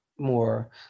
more